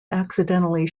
accidentally